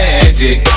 Magic